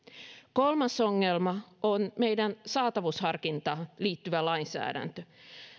kolmas ongelma on meidän saatavuusharkintaan liittyvä lainsäädäntö